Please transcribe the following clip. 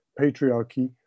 patriarchy